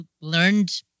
learned